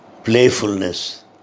Playfulness